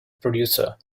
producer